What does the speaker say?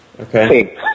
Okay